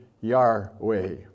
Yahweh